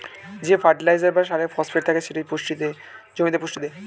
যে ফার্টিলাইজার বা সারে ফসফেট থাকে সেটি জমিতে পুষ্টি দেয়